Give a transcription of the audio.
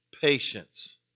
Patience